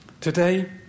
Today